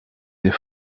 des